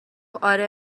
آره